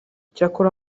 cyakora